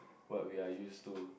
what we are use to